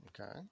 okay